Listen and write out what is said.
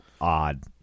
odd